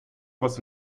was